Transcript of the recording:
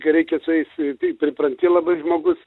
kai reikia su jais tai pripranti labai žmogus